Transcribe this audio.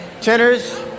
tenors